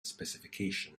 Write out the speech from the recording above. specification